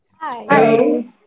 hi